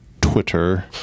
Twitter